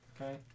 Okay